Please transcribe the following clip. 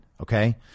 okay